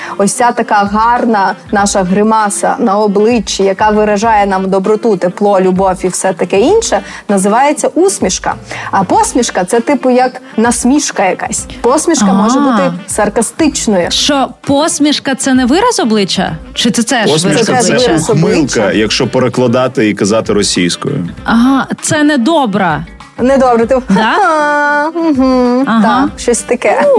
Ось ця така гарна наша гримаса на обличчі, яка виражає нам доброту, тепло, любов і все таке інше, називається усмішка. А посмішка — це типу як насмішка якась. Посмішка може бути А. саркастичною. Що, посмішка — це не вираз обличчя? Чи це- це ж вираз Посмішка — це обличчя? ухмилка, якщо перекладати і казати російською. Ага, це недобра. Недобре, типу, Да? ха-ха, мгм, Ага. так, щось таке.